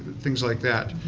things like that.